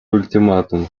ультиматум